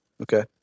Okay